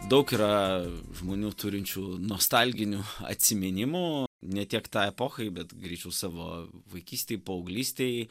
daug yra žmonių turinčių nostalginių atsiminimų ne tiek tai epochai bet greičiau savo vaikystei paauglystei